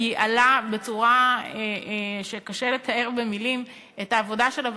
ייעלה בצורה שקשה לתאר במילים את העבודה של הוועדה,